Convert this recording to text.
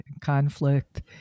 conflict